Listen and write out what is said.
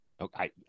Okay